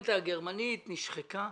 הגרמנית נשחקה,